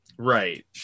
Right